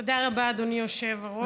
תודה רבה, אדוני היושב-ראש.